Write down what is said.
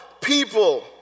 people